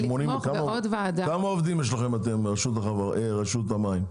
כמה עובדים יש לכם ברשות המים?